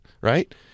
right